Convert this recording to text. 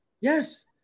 Yes